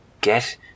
get